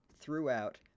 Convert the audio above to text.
throughout